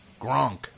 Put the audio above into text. Gronk